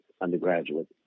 undergraduate